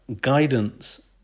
guidance